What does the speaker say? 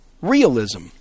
realism